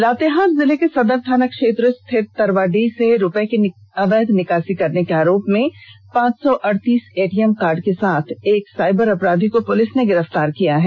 लातेहार जिले के सदर थाना क्षेत्र स्थित तरवाडीह से रुपए की अवैध निकासी करने के आरोप में पांच सौ अड़तीस एटीएम कार्ड के साथ एक साईबर अपराधी को पुलिस ने गिरफ्तार किया है